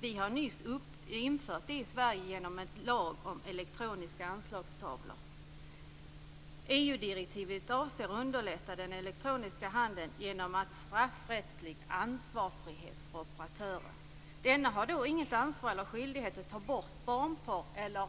Vi har nyss infört det i Sverige genom en lag om elektroniska anslagstavlor. EU-direktivet avser att underlätta den elektroniska handeln genom straffrättslig ansvarsfrihet för operatören. Denne har då inget ansvar eller någon skyldighet att ta bort barnporr eller